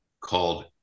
called